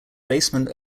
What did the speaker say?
basement